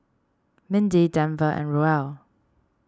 Mindy Denver and Roel